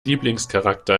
lieblingscharakter